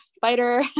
fighter